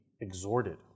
exhorted